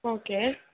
okay